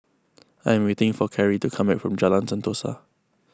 I am waiting for Cari to come back from Jalan Sentosa